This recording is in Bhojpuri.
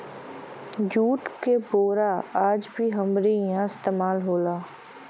जूट क बोरा आज भी हमरे इहां इस्तेमाल होला